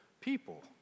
people